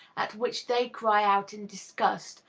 at which they cry out in disgust,